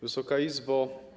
Wysoka Izbo!